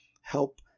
help